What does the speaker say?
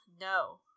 no